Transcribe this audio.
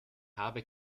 habe